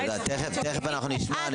תודה, תכף אנחנו נשמע.